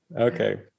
Okay